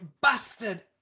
bastard